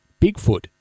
Bigfoot